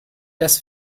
das